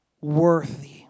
Worthy